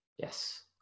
Yes